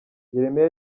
yeremiya